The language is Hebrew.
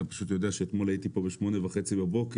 אתה פשוט יודע שאתמול הייתי פה ב-8:30 בבוקר,